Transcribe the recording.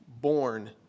born